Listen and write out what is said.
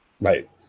right